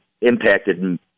impacted